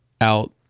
out